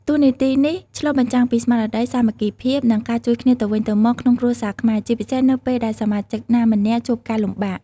តួនាទីនេះឆ្លុះបញ្ចាំងពីស្មារតី សាមគ្គីភាព និងការជួយគ្នាទៅវិញទៅមកក្នុងគ្រួសារខ្មែរ ជាពិសេសនៅពេលដែលសមាជិកណាម្នាក់ជួបការលំបាក។